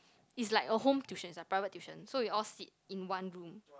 it's like a home tuition is like private tuition so we all sit in one room